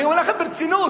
אני אומר לכם ברצינות.